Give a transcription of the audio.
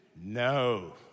No